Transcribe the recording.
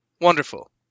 Wonderful